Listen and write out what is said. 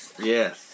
Yes